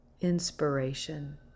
inspiration